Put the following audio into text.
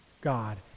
God